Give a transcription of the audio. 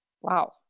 Wow